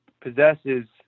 possesses